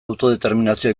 autodeterminazio